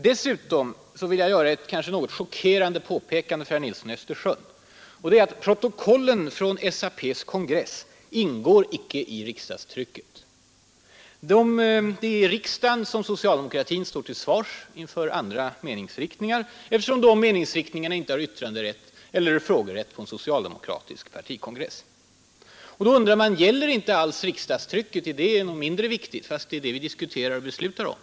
Dessutom vill jag göra ett kanske något chockerande påpekande för herr Nilsson i Östersund. Protokollen från SAP:s kongress ingår icke i riksdagstrycket! Det är i riksdagen som socialdemokratin står till svars inför andra meningsriktningar, eftersom andra partier inte har yttrandeeller frågorätt på en socialdemokratisk partikongress. Nu undrar jag: Gäller inte riksdagstrycket? Ärutskottsbetänkanden mindre viktiga fastän det är dem vi diskuterar och beslutar om?